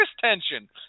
tension